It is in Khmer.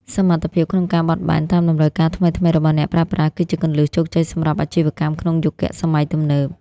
សមត្ថភាពក្នុងការបត់បែនតាមតម្រូវការថ្មីៗរបស់អ្នកប្រើប្រាស់ គឺជាគន្លឹះជោគជ័យសម្រាប់អាជីវកម្មក្នុងយុគសម័យទំនើប។